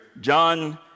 John